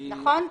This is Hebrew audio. ברוך, נכון?